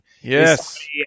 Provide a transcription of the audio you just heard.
Yes